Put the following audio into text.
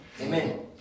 Amen